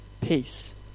peace